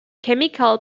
chemical